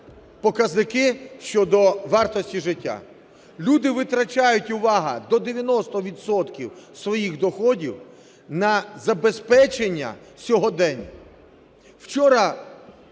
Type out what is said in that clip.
показники щодо вартості життя. Люди витрачають, увага, до 90 відсотків своїх доходів на забезпечення сьогодення. Вчора